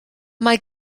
mae